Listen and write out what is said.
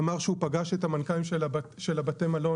הוא אמר שאחרי שהוא פגש את המנכ"לים של בתי המלון